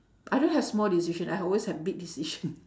I don't have small decision I always have big decision